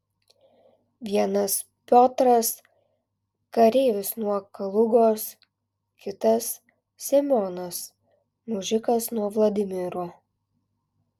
vienas piotras kareivis nuo kalugos kitas semionas mužikas nuo vladimiro